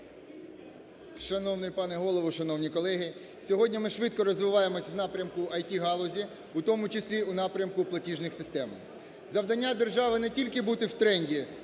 Шановний пане Голово! Шановні колеги! Сьогодні ми швидко розвиваємось в напрямку IT-галузі, в тому числі у напрямку платіжних систем. Завдання держави не тільки бути в тренді